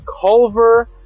Culver